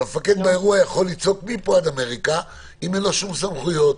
אבל המפקד באירוע יכול לצעוק מפה ועד אמריקה אם אין לו שום סמכויות.